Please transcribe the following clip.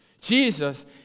Jesus